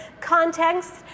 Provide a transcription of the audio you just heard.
context